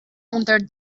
unter